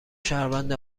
شهروند